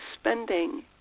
spending